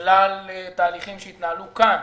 בגלל תהליכים שהתנהלו כאן,